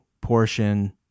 portion